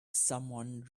someone